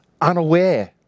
unaware